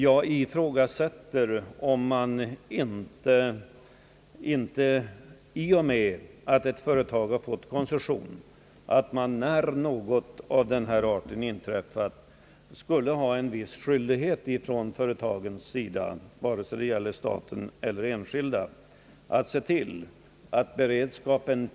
Jag ifrågasätter om inte ett företag — stat ligt eller enskilt — som fått koncession på detta område skulle ha en viss skyldighet att upprätthålla beredskap för händelser av detta slag.